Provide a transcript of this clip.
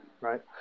right